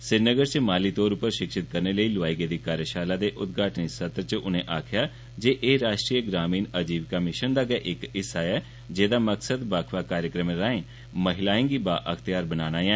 श्रीनगर च माली तौर उप्पर शिक्षित करने लेई लौआई गेदी कार्यशाला दे उदघाटनी सत्र् च उनें आक्खेआ जे ए राष्ट्रीय ग्रामीण अजीविका मिशन दा गै इक हिस्सा ए जेह्दा मकसद बक्ख बक्ख कार्यक्रमें राए महिलाएं गी बाअख्तेयार बनाना ऐ